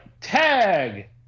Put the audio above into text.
tag